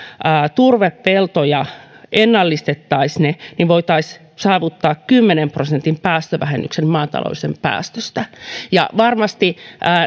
turvepeltoja ennallistaisimme ne niin voitaisiin saavuttaa kymmenen prosentin päästövähennys maatalouden päästöistä varmasti